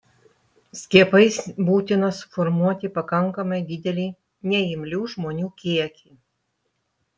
skiepais būtina suformuoti pakankamai didelį neimlių žmonių kiekį